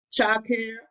childcare